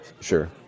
sure